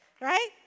right